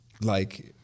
like-